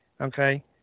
Okay